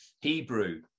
Hebrew